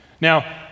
Now